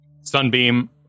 Sunbeam